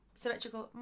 symmetrical